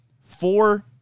four